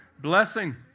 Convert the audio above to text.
Blessing